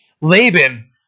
Laban